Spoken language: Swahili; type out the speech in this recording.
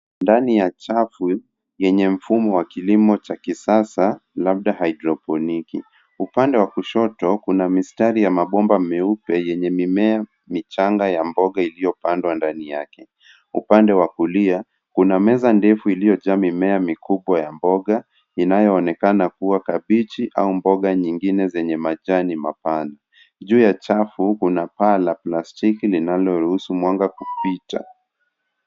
Ndani ya chafu yenye mfumo wa kilimo cha kisasa labda hydroponic . Upande wa kushoto kuna mistari ya mabomba meupe yenye mimea michanga ya mboga iliyopandwa ndani yake. Upande wa kulia kuna meza ndefu iliyojaa mimea mikubwa ya mboga inayoonekana kuwa kabichi au mboga nyingine zenye majani mapana. Juu ya chafu kuna paa la plastiki linaloruhusu mwanga kupita.